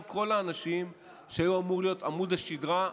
כל האנשים שהיו אמורים להיות עמוד השדרה,